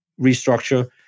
restructure